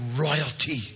royalty